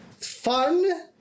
fun